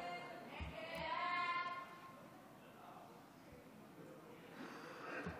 (36) של חברי הכנסת שלמה קרעי, אורית מלכה